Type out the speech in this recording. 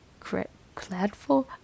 Gladful